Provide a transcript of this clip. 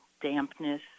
dampness